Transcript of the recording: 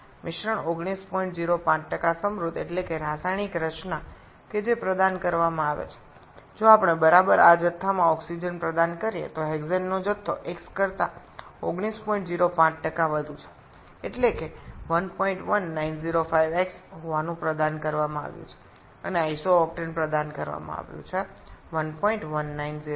মিশ্রণ ১৯০৫ সমৃদ্ধ মানে রাসায়নিক উপাদান যা সরবরাহ করবে যদি আমরা ঠিক এই পরিমাণ অক্সিজেন সরবরাহ করি তবে x এর চেয়ে ১৯০৫ বেশি পরিমাণ হেক্সেন সরবরাহ করবে যা হল ১১৯০৫x এবং আইসোকেটেন সরবরাহ করবে ১১৯০৫